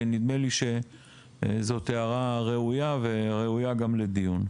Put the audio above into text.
כי נדמה לי שזאת הערה ראויה וראויה גם לדיון.